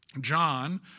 John